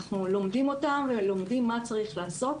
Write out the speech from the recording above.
אנחנו לומדים אותה ולומדים ומה צריך לעשות.